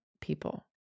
people